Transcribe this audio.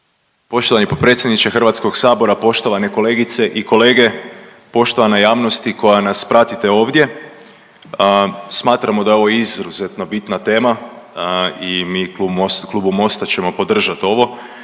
Poštovani potpredsjedniče Hrvatskog sabora, poštovane kolegice i kolege, poštovana javnosti koja nas pratite ovdje, smatramo da je ovo izuzetno bitna tema i mi u klubu Most-a ćemo podržat ovo